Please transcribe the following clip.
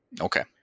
Okay